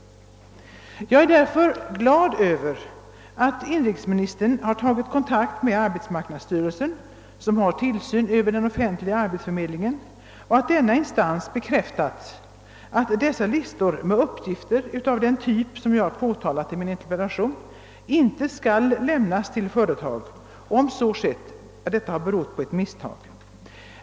Jag är därför glad över att inrikesministern tagit kontakt med arbetsmarknadsstyrelsen, som har tillsyn över den offentliga arbetsförmedlingen, och att denna instans bekräftat att listor med uppgifter av den typ jag har påtalat i min interpellation inte skall lämnas till företag och att om så skett detta berott på ett misstag.